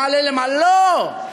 נעלה למעלה.